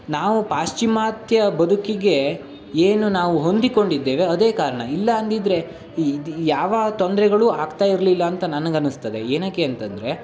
ನಾವು ಪಾಶ್ಚಿಮಾತ್ಯ ಬದುಕಿಗೆ ಏನು ನಾವು ಹೊಂದಿಕೊಂಡಿದ್ದೇವೆ ಅದೇ ಕಾರಣ ಇಲ್ಲ ಅಂದಿದ್ದರೆ ಇದು ಯಾವ ತೊಂದರೆಗಳೂ ಆಗ್ತಾ ಇರಲಿಲ್ಲ ಅಂತ ನನಗೆ ಅನ್ನಿಸ್ತದೆ ಏನಕ್ಕೆ ಅಂತಂದರೆ